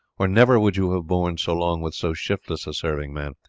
or never would you have borne so long with so shiftless a serving-man.